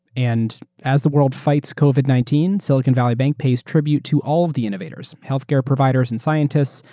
and as the world fights covid nineteen, silicon valley bank pays tribute to all of the innovators, health care providers and scientists,